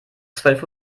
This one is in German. zwölf